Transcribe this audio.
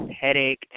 headache